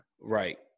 Right